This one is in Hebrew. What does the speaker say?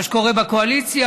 מה שקורה בקואליציה,